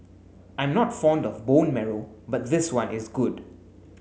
I'm not fond of bone marrow but this one is good